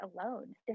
alone